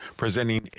presenting